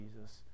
Jesus